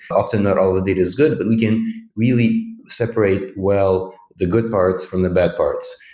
often not all the data is good, but we can really separate well the good parts from the bad parts.